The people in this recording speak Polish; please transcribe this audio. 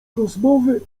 rozmowy